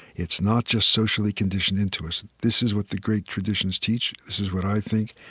it's not just socially conditioned into us. this is what the great traditions teach. this is what i think.